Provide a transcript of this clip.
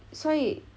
所以